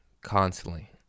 Constantly